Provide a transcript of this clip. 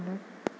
बेनो